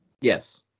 Yes